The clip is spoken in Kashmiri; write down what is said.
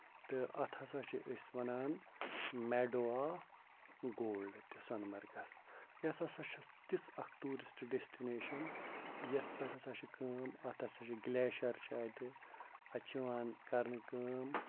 تہٕ اَتھ ہسا چھِ أسۍ وَنان میڈو آف گولڈ تہِ سونمَرگس یہِ ہسا چھِ تِژھ اکھ ٹوٗرِسٹ ڈیسٹِنیشن یَتھ پٮ۪ٹھ ہسا چھِ کٲم اَتھ ہسا چھِ گِلیشر چھِ اتہِ اَتہِ چھِ یِوان کرنہٕ کٲم